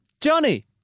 Johnny